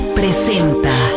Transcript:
presenta